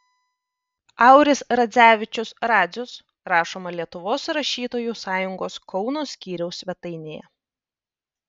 auris radzevičius radzius rašoma lietuvos rašytojų sąjungos kauno skyriaus svetainėje